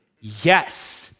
Yes